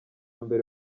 mbere